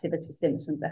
symptoms